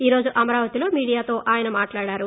ఈ రోజు అమరావతిలో మీడియాతో ఆయన మాట్లాడారు